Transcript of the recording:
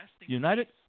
united